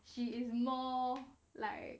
she is more like